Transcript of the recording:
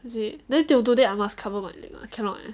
is it then till today I must cover my leg cannot